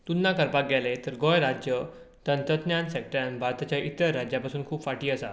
तुलना करपाक गेले तर गोंय राज्य तंत्रज्ञान सॅक्टर भारताच्या इतर राज्यां पसून खूब फाटी आसा